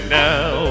now